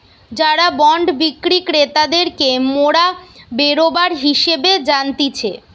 যারা বন্ড বিক্রি ক্রেতাদেরকে মোরা বেরোবার হিসেবে জানতিছে